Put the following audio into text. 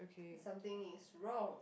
something is wrong